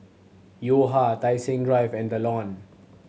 Yo Ha Tai Seng Drive and The Lawn